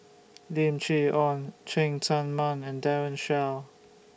Lim Chee Onn Cheng Tsang Man and Daren Shiau